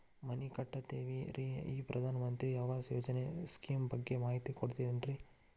ಮನಿ ಕಟ್ಟಕತೇವಿ ರಿ ಈ ಪ್ರಧಾನ ಮಂತ್ರಿ ಆವಾಸ್ ಯೋಜನೆ ಸ್ಕೇಮ್ ಬಗ್ಗೆ ಮಾಹಿತಿ ಕೊಡ್ತೇರೆನ್ರಿ?